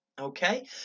okay